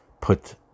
put